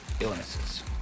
illnesses